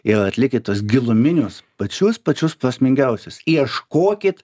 ir atlikę tuos giluminius pačius pačius prasmingiausius ieškokit